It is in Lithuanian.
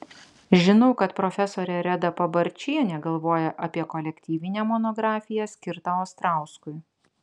žinau kad profesorė reda pabarčienė galvoja apie kolektyvinę monografiją skirtą ostrauskui